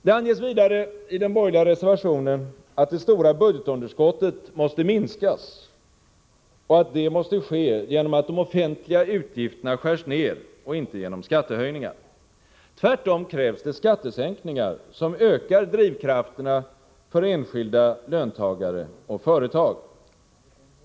Det anges vidare i den borgerliga reservationen att det stora budgetunderskottet måste minskas och att detta måste ske genom att de offentliga utgifterna skärs ned och inte genom skattehöjningar; Tvärtom krävs det skattesänkningar, som ökar drivkrafterna för enskilda löntagare och företag.